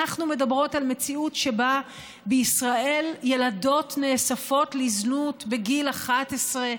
אנחנו מדברות על מציאות שבה בישראל ילדות נאספות לזנות בגיל 11,